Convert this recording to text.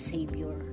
Savior